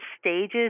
stages